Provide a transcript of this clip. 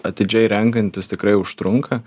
atidžiai renkantis tikrai užtrunka